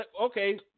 okay